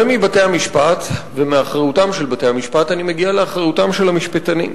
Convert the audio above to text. ומבתי-המשפט ומאחריותם של בתי-המשפט אני מגיע לאחריותם של המשפטנים.